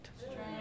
Strength